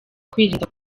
kwirinda